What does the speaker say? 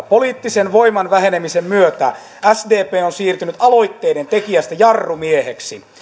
poliittisen voiman vähenemisen myötä sdp on siirtynyt aloitteiden tekijästä jarrumieheksi